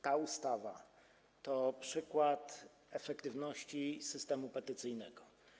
Ta ustawa to przykład efektywności systemu petycyjnego.